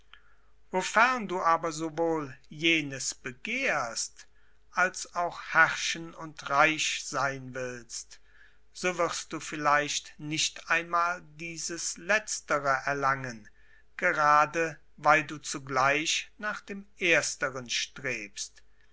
wofern du aber sowohl jenes begehrst als auch herrschen und reich sein willst so wirst du vielleicht nicht einmal dieses letztere erlangen gerade weil du zugleich nach dem ersteren strebst